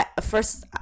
first